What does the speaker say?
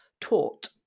taught